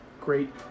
great